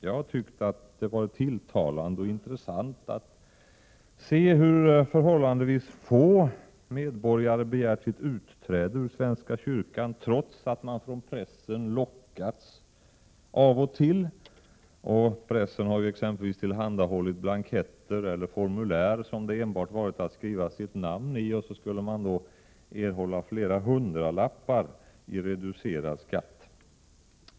Jag har tyckt att det varit tilltalande och intressant att se hur förhållandevis få medborgare begärt sitt utträde ur svenska kyrkan trots att de av och till lockats till det av pressen. Pressen har ju exempelvis tillhandahållit blanketter eller formulär som det bara varit att skriva sitt namn på för att erhålla flera hundralappar i reducerad skatt.